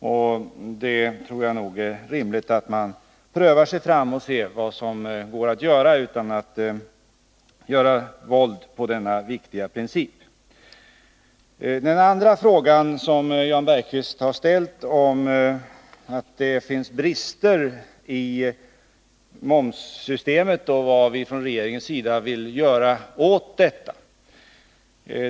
Jag tror nog att det är rimligt att man prövar sig fram och ser vad som går att göra utan att man gör våld på denna viktiga princip. Den andra frågan som Jan Bergqvist har ställt handlar om att det finns brister i momssystemet och om vad vi från regeringens sida vill göra åt detta.